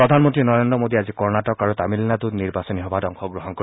প্ৰধানমন্ত্ৰী নৰেন্দ্ৰ মোদীয়ে আজি কৰ্ণাটক আৰু তামিলনাডুত নিৰ্বাচনী সভাত অংশগ্ৰহণ কৰিব